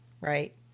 Right